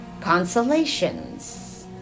consolations